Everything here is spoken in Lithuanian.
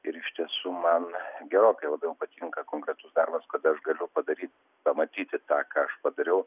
ir iš tiesų man gerokai labiau patinka konkretus darbas kada aš galiu padaryt pamatyti tą ką aš padariau